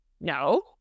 no